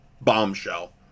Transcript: bombshell